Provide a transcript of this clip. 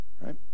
right